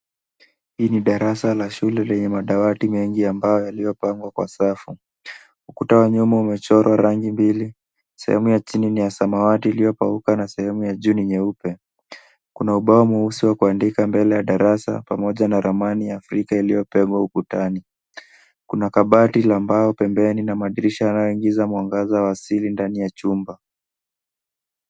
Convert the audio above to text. Hili ni darasa la shule lenye madawati mengi ambayo yaliyopangwa kwa safu. Ukuta wa nyuma uliochorwa rangi mbili; sehemu ya chini ni ya samawati iliyopeukwa na sehemu ya juu ni nyeupe kuna ubao mweusi wa kuandika mbele ya darasa pamoja na ramani ya afrika iliyopegwa ukutani. Kuna kabati ya mbao pembeni na madirisha yanayoingiza mwangani wa asili ndani ya chumba